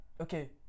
okay